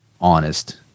honest